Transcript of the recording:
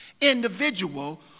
individual